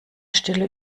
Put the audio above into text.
stille